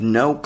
no